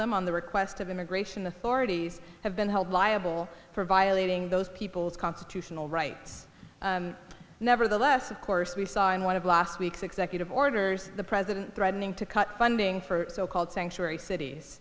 them on the request of immigration authorities have been held liable for violating those people's constitutional rights nevertheless of course we saw in one of last week's executive orders the president threatening to cut funding for so called sanctuary cities